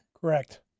Correct